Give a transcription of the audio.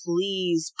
please